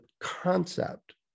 concept